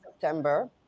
september